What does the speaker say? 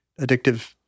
addictive